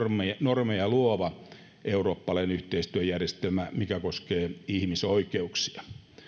normeja luova eurooppalainen yhteistyöjärjestelmä joka koskee ihmisoikeuksia